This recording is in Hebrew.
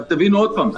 תבינו עוד פעם,